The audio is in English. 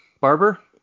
Barber